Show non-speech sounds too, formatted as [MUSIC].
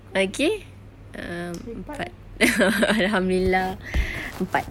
lagi um empat [LAUGHS] alhamdulillah empat